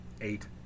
eight